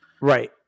Right